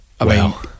Wow